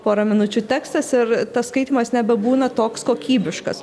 porą minučių tekstas ir tas skaitymas nebebūna toks kokybiškas